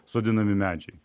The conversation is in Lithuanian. sodinami medžiai